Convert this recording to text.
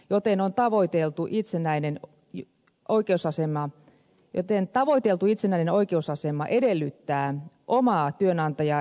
nopein on tavoiteltu itsenäinen kokonaismenoista joten tavoiteltu itsenäinen oikeusasema edellyttää omaa työnantaja ja henkilöstöpolitiikkaa